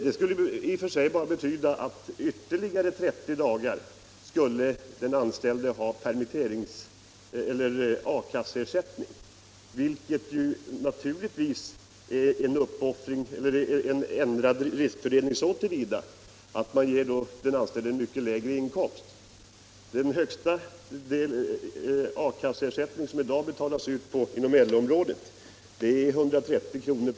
Det skulle betyda att den anställde i ytterligare 30 dagar finge arbetslöshetskasseersättning i stället för permitteringslön, vilket skulle ge honom en mycket lägre inkomst. Den högsta arbetslöshetskasseersättning som i dag betalas ut inom LO-området är 130 kr.